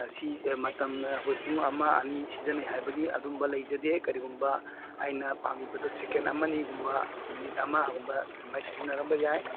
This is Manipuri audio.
ꯁꯤ ꯃꯇꯝ ꯑꯩꯈꯣꯏ ꯄꯨꯡ ꯑꯃ ꯑꯅꯤ ꯁꯤꯖꯤꯟꯅꯩ ꯍꯥꯏꯕꯒꯤ ꯑꯗꯨꯝꯕ ꯂꯩꯖꯗꯦ ꯀꯔꯤꯒꯨꯝꯕ ꯑꯩꯅ ꯄꯥꯝꯃꯤꯕꯗꯣ ꯁꯦꯀꯦꯟ ꯑꯃ ꯑꯅꯤꯒꯨꯝꯕ ꯃꯤꯅꯤꯠ ꯑꯃꯒꯨꯝꯕ ꯑꯗꯨꯃꯥꯏꯅ ꯁꯤꯖꯤꯟꯅꯔꯝꯕ ꯌꯥꯏ